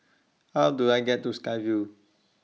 How Do I get to Sky Vue